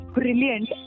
brilliant